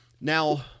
now